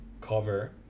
cover